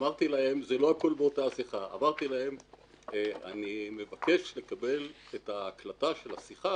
אמרתי להם שאני מבקש לקבל את ההקלטה של השיחה